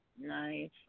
Nice